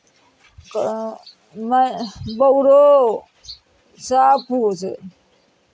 क मै बगुलो सभकिछु